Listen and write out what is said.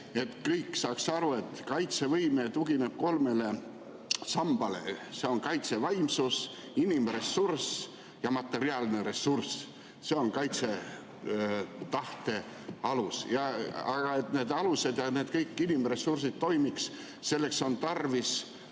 kõik saaks aru: kaitsevõime tugineb kolmele sambale. See on kaitsevaimsus, inimressurss ja materiaalne ressurss. See on kaitsetahte alus. Aga et need alused ja kõik ressursid toimiks, selleks on tarvis